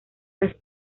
las